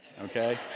Okay